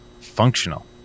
Functional